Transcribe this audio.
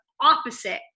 opposite